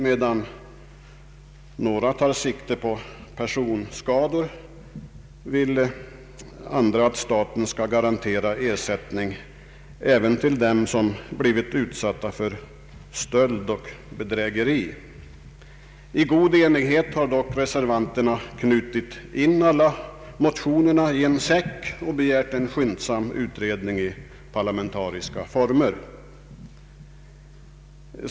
Medan några tar sikte på personskador, föreslås i andra att staten skall garantera ersättning även till dem som har blivit utsatta för stöld och bedrägeri. I god enighet har dock reservanterna knutit in alla motionerna i en säck och begärt en skyndsam utredning i parlamentariska former.